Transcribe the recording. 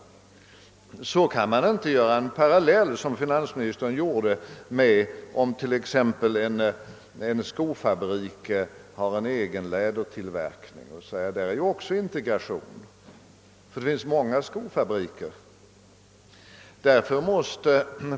Man kan då inte, som finansministern gjorde, dra en parallell mellan denna koncernbildning och enskilt näringsliv, t.ex. en skofabrik som har egen lädertillverkning — finansminis tern sade att i enskilda företag ju också förekommer integration — skillnaden är den att det finns många skofabriker.